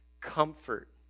comfort